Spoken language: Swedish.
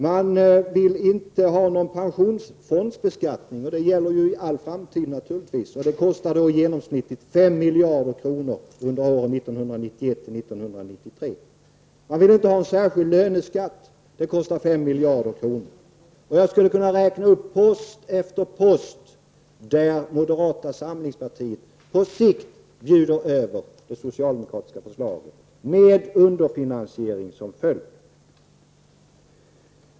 Moderaterna vill inte ha någon pensionsfondsbeskattning. Detta gäller naturligtvis för all framtid, och det kostar i genomsnitt 5 miljarder under åren 1991-1993. De vill inte ha en särskild löneskatt. Detta kostar 5 miljarder. Jag skulle kunna räkna upp post efter post där moderata samlingspartiet på sikt bjuder över det socialdemokratiska förslaget med underfinansiering som följd.